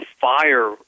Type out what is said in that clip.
fire